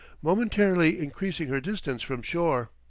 momentarily increasing her distance from shore.